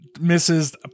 Misses